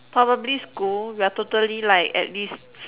probably school we are totally like at least